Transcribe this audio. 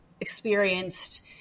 experienced